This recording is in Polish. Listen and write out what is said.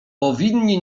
powinni